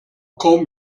kaum